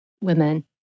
women